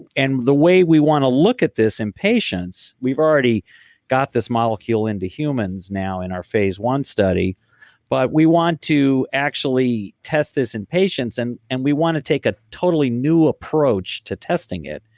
and the way we want to look at this in patients, we've already got this molecule into humans now in our phase one study but we want to actually test this in patients and and we want to take a totally new approach to testing it,